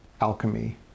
alchemy